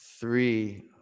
three